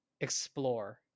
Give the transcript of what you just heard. explore